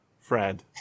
Fred